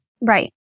Right